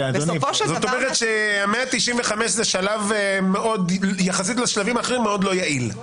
זאת אומרת ש-195,000 זה שלב שיחסית לשלבים אחרים הוא מאוד לא יעיל.